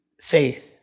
faith